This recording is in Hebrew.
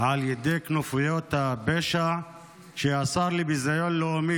על ידי כנופיות הפשע שהשר לביזיון לאומי,